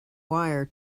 wire